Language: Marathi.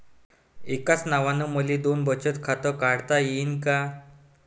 एकाच नावानं मले दोन बचत खातं काढता येईन का?